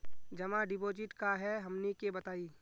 जमा डिपोजिट का हे हमनी के बताई?